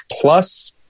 plus